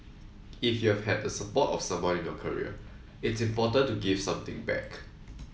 if you've had the support of someone in your career it's important to give something back